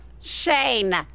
Shane